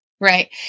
Right